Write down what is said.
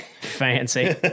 Fancy